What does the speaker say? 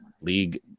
league